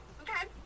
Okay